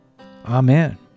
Amen